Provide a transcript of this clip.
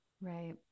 Right